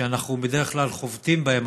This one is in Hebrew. שאנחנו בדרך כלל חובטים בהם,